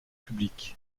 publics